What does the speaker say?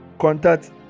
contact